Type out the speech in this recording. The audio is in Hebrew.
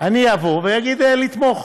אני אבוא ואגיד: לתמוך.